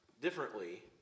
differently